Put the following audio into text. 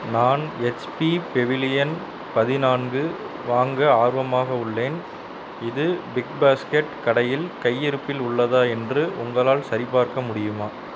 நான் HP Pavilion பதினான்கு வாங்க ஆர்வமாக உள்ளேன் இது பிக்பாஸ்கெட் கடையில் கையிருப்பில் உள்ளதா என்று உங்களால் சரிபார்க்க முடியுமா